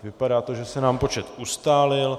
Vypadá to, že se nám počet ustálil.